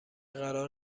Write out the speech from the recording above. قرار